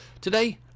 Today